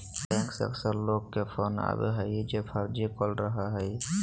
bank से अक्सर लोग के फोन आवो हइ जे फर्जी कॉल रहो हइ